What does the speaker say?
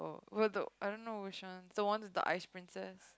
what the I don't know which one the one with the ice princess